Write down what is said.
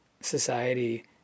society